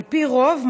על פי רוב,